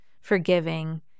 forgiving